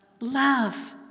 love